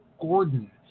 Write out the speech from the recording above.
Gordon